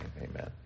amen